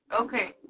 okay